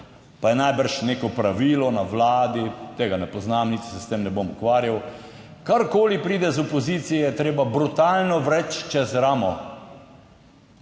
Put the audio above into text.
je najbrž neko pravilo na Vladi, tega ne poznam, niti se s tem ne bom ukvarjal, karkoli pride iz opozicije, je treba brutalno vreči čez ramo.